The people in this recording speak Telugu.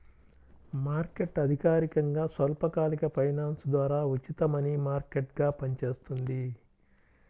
మార్కెట్ అధికారికంగా స్వల్పకాలిక ఫైనాన్స్ ద్వారా ఉచిత మనీ మార్కెట్గా పనిచేస్తుంది